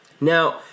Now